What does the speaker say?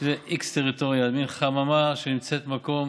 שזאת אקס-טריטוריה, שזאת מין חממה שנמצאת במקום,